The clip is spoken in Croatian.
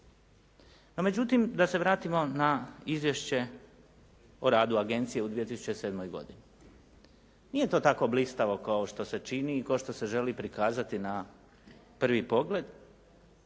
međutim da se vratimo na Izvješće o radu agencije u 2007. godini. Nije to tako blistavo kao što se čini i kao što se želi prikazati na prvi pogled.